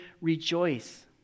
rejoice